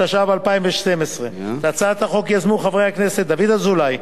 התשע"ב 2012. את הצעת החוק יזמו חברי הכנסת דוד אזולאי,